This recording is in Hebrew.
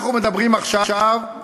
אנחנו מדברים עכשיו על